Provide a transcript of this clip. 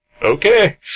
Okay